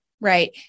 Right